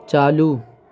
چالو